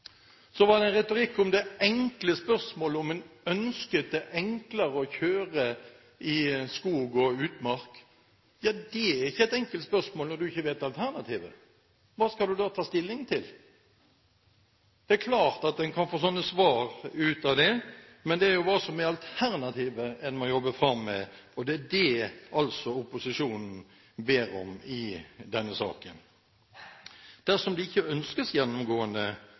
Så var det retorikken om det enkle spørsmålet om en ønsket det enklere å kjøre i skog og utmark. Det er ikke et enkelt spørsmål når du ikke vet alternativet. Hva skal du da ta stilling til? Det er klart at en kan få sånne svar ut av det, men det er jo hva alternativet er, en må jobbe med, og det er altså det opposisjonen ber om i denne saken. Dersom det ikke ønskes gjennomgående